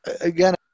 Again